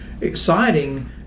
exciting